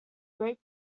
great